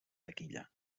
taquilla